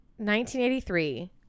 1983